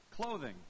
Clothing